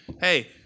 Hey